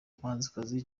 umuhanzikazi